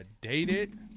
Dated